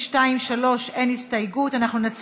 של חברי הכנסת עבד אל חכים חאג' יחיא,